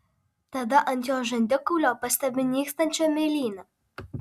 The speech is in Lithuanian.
tada ant jo žandikaulio pastebiu nykstančią mėlynę